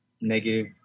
negative